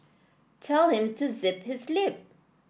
tell him to zip his lip